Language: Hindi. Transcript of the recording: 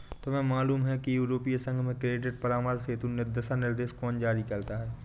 तुम्हें मालूम है कि यूरोपीय संघ में क्रेडिट परामर्श हेतु दिशानिर्देश कौन जारी करता है?